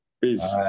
Peace